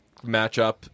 matchup